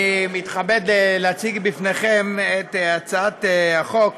אני מתכבד להציג בפניכם את הצעת החוק,